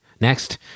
Next